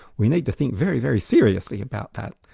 we need to think very, very seriously about that.